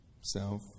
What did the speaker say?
Self